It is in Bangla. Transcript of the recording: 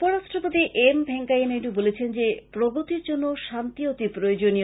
উপরাষ্ট্রপতি এম ভেংকাইয়া নাইডু বলেছেন যে প্রগতির জন্য শান্তি অতি প্রয়োজনীয়